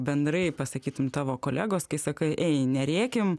bendrai pasakytum tavo kolegos kai sakai ei nerėkim